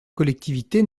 collectivités